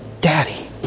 daddy